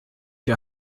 der